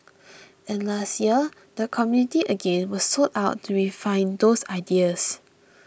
and last year the community again was sought out to refine those ideas